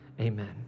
Amen